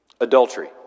Adultery